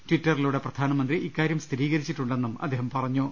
ടിറ്ററിലൂടെ പ്രധാനമന്ത്രി ഇക്കാര്യം സ്ഥിരീകരിച്ചിട്ടുണ്ടെന്നും അദ്ദേഹം പറഞ്ഞു